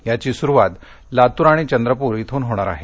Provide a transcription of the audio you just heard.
याची सुरुवात लातूर आणि चंद्रपूर इथून होणार आहे